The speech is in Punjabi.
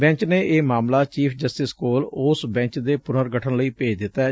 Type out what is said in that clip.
ਬੈਂਚ ਨੇ ਇਹ ਮਾਮਲਾ ਚੀਫ਼ ਜਸਟਿਸ ਕੋਲ ਉਸ ਬੈਂਚ ਦੇ ਪੁਨਰਗਠਨ ਲਈ ਭੇਜ ਦਿੱਤੈ